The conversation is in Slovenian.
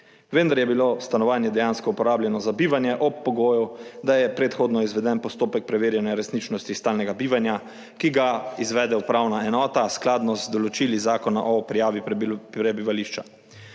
vendar je bilo stanovanje dejansko uporabljeno za bivanje ob pogoju, da je predhodno izveden postopek preverjanja resničnosti. Stalnega bivanja, ki ga izvede upravna enota skladno z določili zakona o prijavi prebivališča